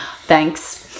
Thanks